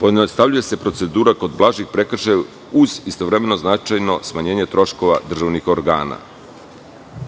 pojednostavljuje se procedura kod blažih prekršaja uz istovremeno značajno smanjenje troškova državnih organa. Članom